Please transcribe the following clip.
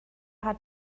hat